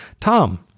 Tom